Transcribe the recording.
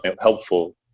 helpful